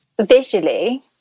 visually